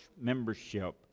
Membership